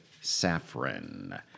Saffron